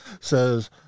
Says